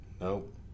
Nope